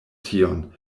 tion